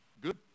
good